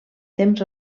temps